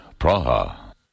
Praha